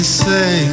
say